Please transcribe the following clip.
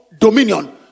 dominion